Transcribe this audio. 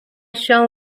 shall